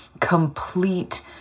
complete